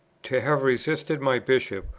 to have resisted my bishop,